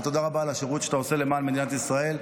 ותודה רבה על השירות שאתה עושה למען מדינת ישראל.